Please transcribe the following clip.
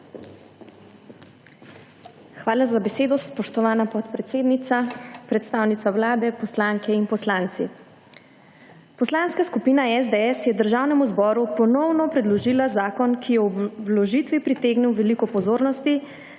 Hvala za besedo, spoštovana podpredsednica. Predstavnic vlade, poslanke in poslanci! Poslanska skupina SDS je Državnemu zboru ponovno predložila zakona, ki je ob vložitvi pritegnil veliko pozornost,